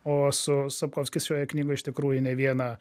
o su sapkovskis šioje knygoje iš tikrųjų ne vieną